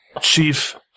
Chief